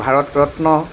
Bharat Ratna